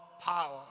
power